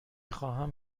خواهم